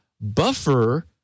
buffer